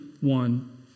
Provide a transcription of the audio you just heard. one